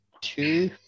two